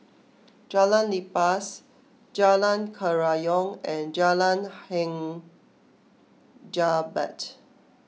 Jalan Lepas Jalan Kerayong and Jalan Hang Jebat